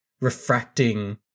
refracting